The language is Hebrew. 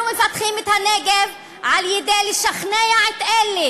אנחנו מפתחים את הנגב על-ידי שכנוע אלה